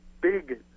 big